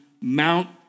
Mount